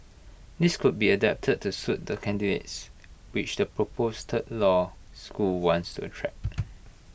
these could be adapted to suit the candidates which the proposed third law school wants attract